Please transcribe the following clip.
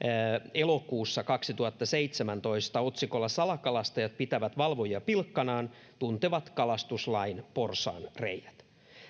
elokuussa kaksituhattaseitsemäntoista otsikolla salakalastajat pitävät valvojia pilkkanaan tuntevat kalastuslain porsaanreiät